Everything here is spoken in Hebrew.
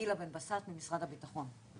גילה בן בסט ממשרד הביטחון.